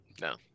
No